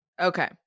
okay